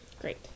Great